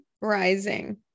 rising